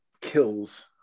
kills